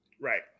Right